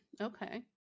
Okay